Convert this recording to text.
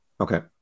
Okay